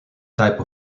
type